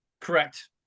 Correct